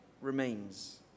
remains